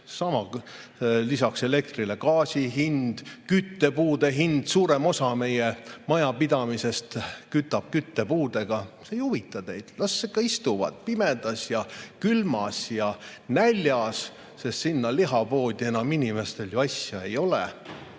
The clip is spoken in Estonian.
lisaks elektrile gaasi hind, küttepuude hind. Suurem osa meie majapidamistest kütab küttepuudega. See ei huvita teid. Las istuvad pimedas ja külmas ja näljas. Lihapoodi ju enam inimestel asja ei ole.